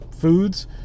foods